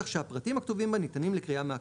כך שהפרטים הכתובים בה ניתנים לקריאה מהקרקע.